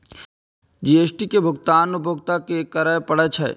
GST के भुगतान उपभोक्ता कें करय पड़ै छै